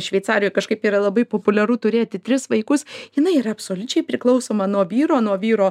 šveicarijoj kažkaip yra labai populiaru turėti tris vaikus jinai yra absoliučiai priklausoma nuo vyro nuo vyro